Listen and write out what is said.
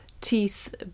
teeth